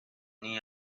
nii